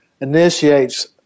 initiates